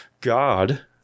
God